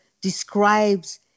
describes